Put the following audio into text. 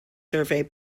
survey